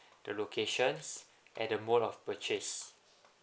the locations and the mode of purchase